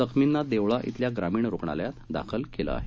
जखमींना देवळा खिल्या ग्रामीण रुग्णालयात दाखल केलं आहे